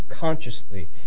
consciously